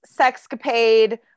sexcapade